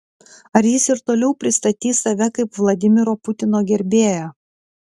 ar jis ir toliau pristatys save kaip vladimiro putino gerbėją